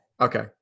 Okay